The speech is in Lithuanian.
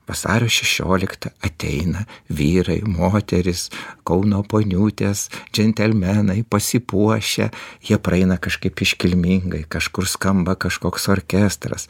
vasario šešioliktą ateina vyrai moterys kauno poniutės džentelmenai pasipuošę jie praeina kažkaip iškilmingai kažkur skamba kažkoks orkestras